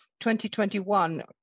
2021